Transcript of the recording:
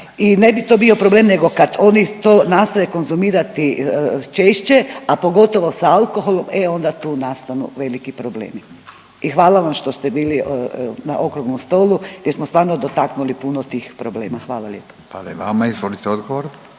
i ne bi to bio problem nego kad oni to nastave konzumirati češće, a pogotovo sa alkoholom, e onda tu nastanu veliki problemi i hvala vam što ste bili na okruglom stolu gdje smo stvarno dotaknuli puno tih problema. Hvala lijepa. **Radin, Furio